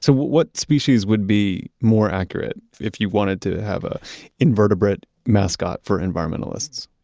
so what what species would be more accurate if you wanted to have ah invertebrate mascot for environmentalists?